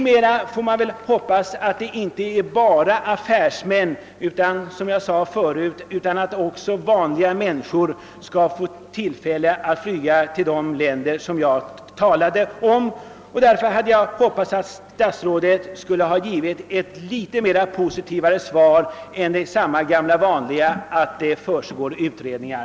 Man får hoppas att det i framtiden inte är bara affärsmän med betalda firmaresor utan även vanliga människor som får tillfälle att flyga till t.ex. Östafrika eller Västindien. Jag hade därför hoppats att statsrådet skulle ge ett något mer positivt svar och inte bara det gamla vanliga att det pågår utredningar.